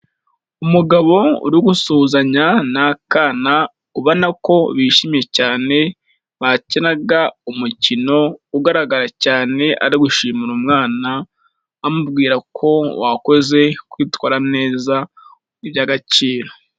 Umugabo uri gusuhuzanya n'akana ubona ko bishimye cyane, bakinaga umukino ugaragara cyane ari gushimira umwana, amubwira ko wakoze kwitwara neza ni iby'agaciro.